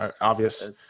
obvious